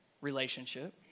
relationship